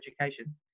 education